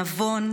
נבון,